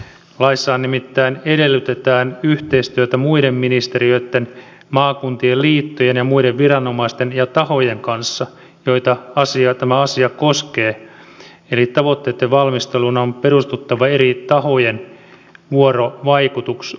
laissahan nimittäin edellytetään yhteistyötä muiden ministeriöitten maakuntien liittojen ja muiden viranomaisten ja tahojen kanssa joita tämä asia koskee eli tavoitteitten valmistelun on perustuttava eri tahojen vuorovaikutukseen